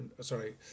sorry